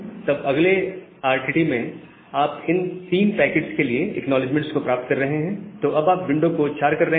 तब अगले RTT में आप इन 3 पैकेट्स के लिए एक्नॉलेजमेंट्स को प्राप्त कर रहे हैं तोअब आप विंडो को 4 कर रहे हैं